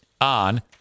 on